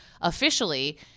officially